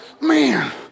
man